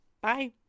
Bye